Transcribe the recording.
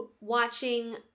watching